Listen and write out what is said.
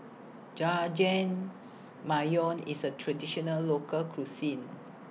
Jajangmyeon IS A Traditional Local Cuisine